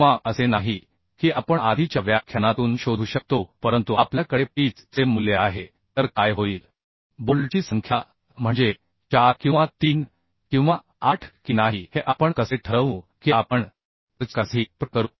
किंवा असे नाही की आपण आधीच्या व्याख्यानातून शोधू शकतो परंतु आपल्याकडे पीच चे मूल्य आहे तर काय होईल बोल्टची संख्या म्हणजे 4 किंवा 3 किंवा 8 की नाही हे आपण कसे ठरवू की आपण चर्चा करण्यासाठी प्रयत्न करू